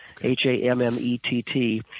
H-A-M-M-E-T-T